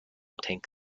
tank